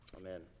Amen